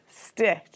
Stitch